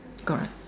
correct